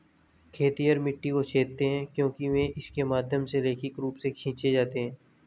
खेतिहर मिट्टी को छेदते हैं क्योंकि वे इसके माध्यम से रैखिक रूप से खींचे जाते हैं